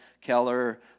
Keller